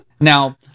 Now